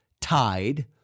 tied